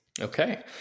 Okay